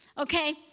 Okay